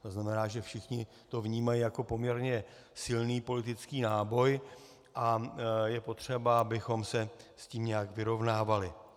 To znamená, že všichni to vnímají jako poměrně silný politický náboj, a je potřeba, abychom se s tím nějak vyrovnávali.